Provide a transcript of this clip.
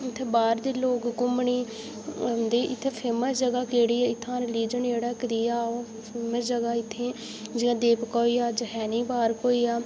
इत्थै बाह्र दे लोक घुम्मने ई आंह्दे इत्थै फैमस जगह् केह्ड़ी ऐ इत्थआं रिलीजन जेह्ड़ा कदेहा ओह् फैमस जगहा इत्थें जि'यां देवका होई आ जखैनी पार्क होई आ